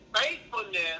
faithfulness